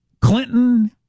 Clinton